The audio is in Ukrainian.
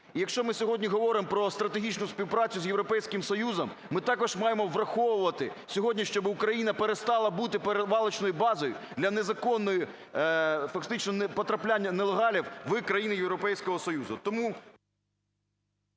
якщо ми сьогодні говоримо про стратегічну співпрацю з Європейським Союзом, ми також маємо враховувати сьогодні, щоб Україна сьогодні перестала бути перевалочною базою для незаконного, фактичного потрапляння нелегалів в країни Європейського Союзу.